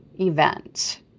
event